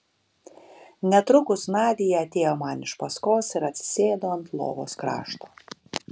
netrukus nadia atėjo man iš paskos ir atsisėdo ant lovos krašto